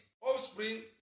Offspring